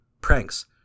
Pranks